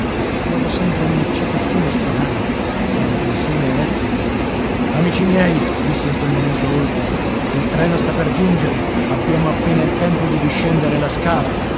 provo sempre una eccitazione strana è la tensione elettrica amici miei disse in quel momento holker il treno sta per giungere abbiamo appena il tempo di discendere la scala